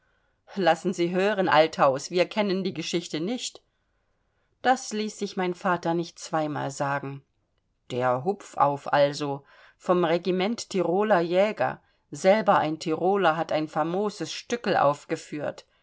lassen sie hören althaus wir kennen die geschichte nicht das ließ sich der vater nicht zweimal sagen der hupfauf also vom regiment tiroler jäger selber ein tiroler hat ein famoses stück'l aufgeführt